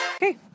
Okay